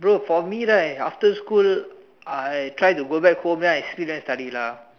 bro for me right after school I try to go back home then I sleep then I study lah